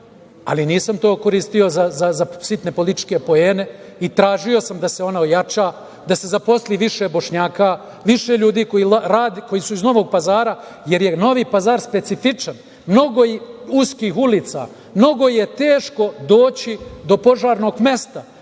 ali nisam to koristio za sitne političke poene, i tražio sam da se ona ojača, da se zaposli više Bošnjaka, više ljudi koji su iz Novog Pazara, jer je Novi Pazar specifičan, mnogo je uskih ulica, mnogo je teško doći do požarnog mesta